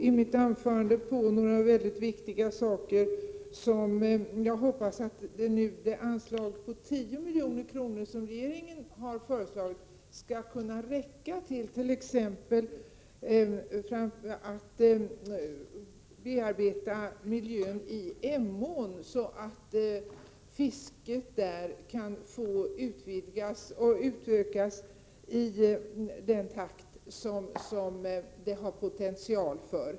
I mitt anförande då pekade jag på några viktiga saker som jag hoppas att anslaget på 10 milj.kr., som regeringen har föreslagit, skall räcka till. Framför allt gäller det att bearbeta miljön i Emån så att fisket kan utökas i den takt som det har potential för.